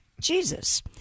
Jesus